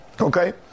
Okay